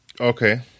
Okay